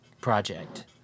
project